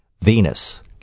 Venus